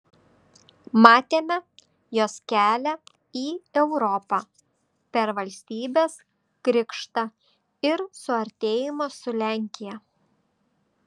matėme jos kelią į europą per valstybės krikštą ir suartėjimą su lenkija